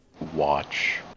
watch